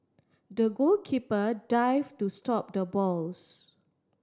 the goalkeeper dive to stop the balls